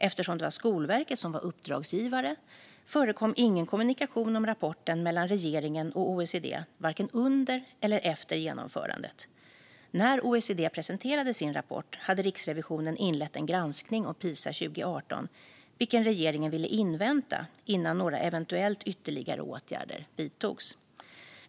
Eftersom det var Skolverket som var uppdragsgivare förekom ingen kommunikation om rapporten mellan regeringen och OECD, varken under eller efter genomförandet. När OECD presenterade sin rapport hade Riksrevisionen inlett en granskning om Pisa 2018, vilken regeringen ville invänta innan några ytterligare åtgärder eventuellt vidtogs.